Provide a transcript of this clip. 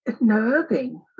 Nerving